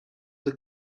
the